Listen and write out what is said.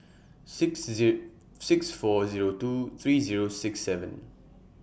six six four Zero two three Zero six seven